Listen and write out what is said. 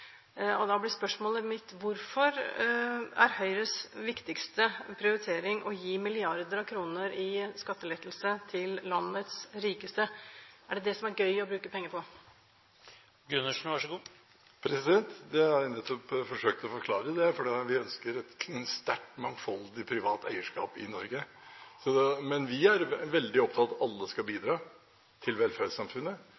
mennesker. Da blir spørsmålet mitt: Hvorfor er Høyres viktigste prioritering å gi milliarder av kroner i skattelettelse til landets rikeste – er det det som er «gøy» å bruke penger på? Det har jeg nettopp forsøkt å forklare, for vi ønsker et sterkt, mangfoldig, privat eierskap i Norge. Men vi er veldig opptatt av at alle skal